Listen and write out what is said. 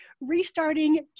restarting